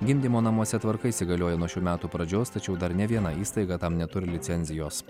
gimdymo namuose tvarka įsigalioja nuo šių metų pradžios tačiau dar nė viena įstaiga tam neturi licenzijos